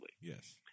Yes